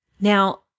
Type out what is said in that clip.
Now